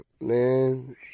Man